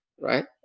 right